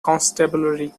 constabulary